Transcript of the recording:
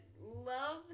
love